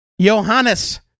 Johannes